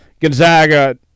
Gonzaga